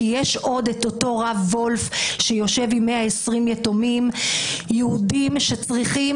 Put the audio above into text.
כי יש את אותו רב וולף שיושב עם 120 יתומים יהודים שצריכים